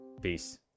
Peace